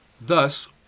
Thus